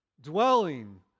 dwelling